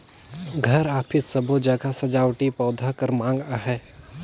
घर, अफिस सबो जघा सजावटी पउधा कर माँग अहे